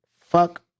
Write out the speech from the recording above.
Fuck